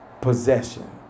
Possession